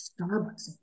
Starbucks